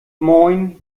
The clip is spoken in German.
moin